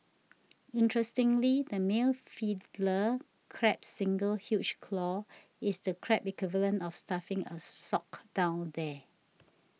interestingly the male Fiddler Crab's single huge claw is the crab equivalent of stuffing a sock down there